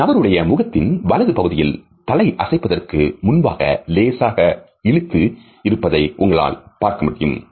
அந்த நபருடைய முகத்தின் வலது பகுதியில் தலை அசைப்பதற்கு முன்பாக லேசாக இழுத்து இருப்பதை உங்களால் பார்க்க முடியும்